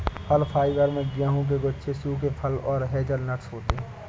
फल फाइबर में गेहूं के गुच्छे सूखे फल और हेज़लनट्स होते हैं